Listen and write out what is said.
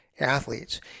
athletes